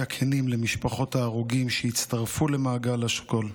הכנים למשפחות ההרוגים שהצטרפו למעגל השכול.